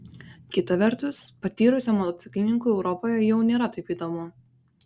kita vertus patyrusiam motociklininkui europoje jau nėra taip įdomu